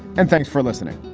and thanks for listening